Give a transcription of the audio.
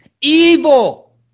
Evil